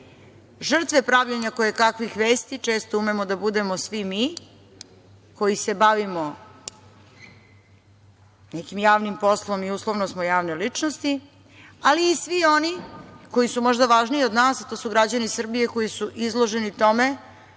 Žrtve pravljenja koje kakvih vesti često umemo da budemo svi mi koji se bavimo nekim javnim poslom i uslovno smo javne ličnosti, ali i svi oni koji su možda važniji od nas i to su građani Srbije koji su izloženi tome